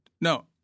No